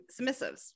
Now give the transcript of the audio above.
submissives